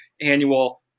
annual